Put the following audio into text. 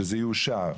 שזה יאושר.